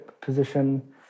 position